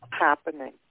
Happening